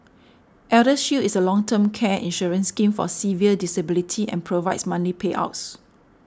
Eldershield is a long term care insurance scheme for severe disability and provides monthly payouts